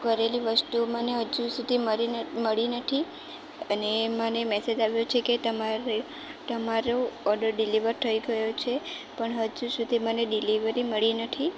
કરેલી વસ્તુઓ મને હજુ સુધી મને મળ મળી નથી અને મને મેસેજ આવ્યો છે કે તમારે તમારો ઓર્ડર ડિલિવર થઈ ગયો છે પણ હજુ સુધી મને ડિલિવરી મળી નથી